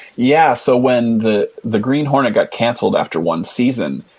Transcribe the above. yeah, so when the the green hornet got canceled after one season,